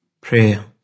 Prayer